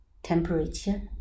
temperature